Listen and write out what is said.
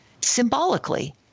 symbolically